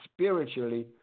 spiritually